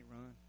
run